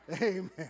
Amen